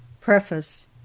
Preface